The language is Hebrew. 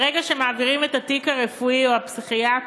ברגע שמעבירים את התיק הרפואי או הפסיכיאטרי